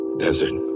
desert